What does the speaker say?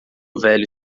velho